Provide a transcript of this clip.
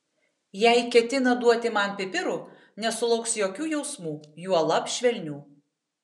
jei ketina duoti man pipirų nesulauks jokių jausmų juolab švelnių